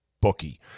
bookie